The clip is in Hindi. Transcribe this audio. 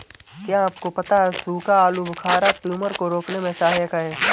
क्या आपको पता है सूखा आलूबुखारा ट्यूमर को रोकने में सहायक है?